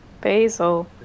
Basil